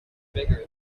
bigger